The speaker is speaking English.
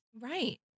Right